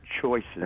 choices